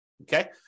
Okay